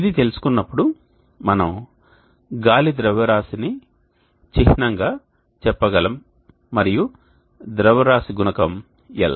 ఇది తెలుసుకున్నప్పుడు మనం గాలి ద్రవ్యరాశిని చిహ్నంగా చెప్పగలం మరియు ద్రవ్యరాశి గుణకం l